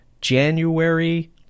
January